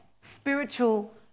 spiritual